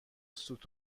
سوت